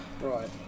Right